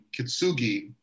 Kitsugi